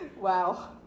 wow